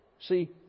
See